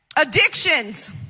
addictions